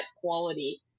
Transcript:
quality